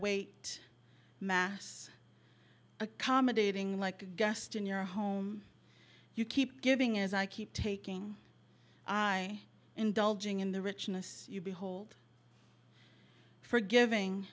weight mass accommodating like a guest in your home you keep giving as i keep taking i indulging in the richness you behold for giving